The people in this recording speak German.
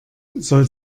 soll